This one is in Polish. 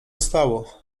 stało